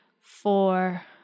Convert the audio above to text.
four